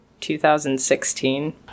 2016